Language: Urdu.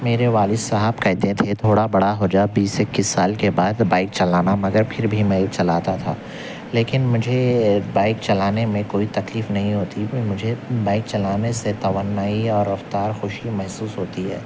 میرے والد صاحب کہتے تھے تھوڑا بڑا ہو جا بیس اکیس سال کے بعد بائک چلانا مگر پھر بھی میں چلاتا تھا لیکن مجھے بائک چلانے میں کوئی تکلیف نہیں ہوتی مجھے بائک چلانے سے توانائی اور رفتار خوشی محسوس ہوتی ہے